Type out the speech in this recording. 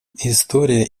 история